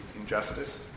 injustice